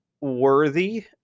worthy